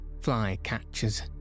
flycatchers